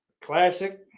classic